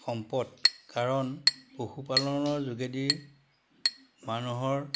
সম্পদ কাৰণ পশুপালনৰ যোগেদি মানুহৰ